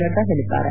ನಡ್ಡಾ ಹೇಳಿದ್ದಾರೆ